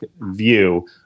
view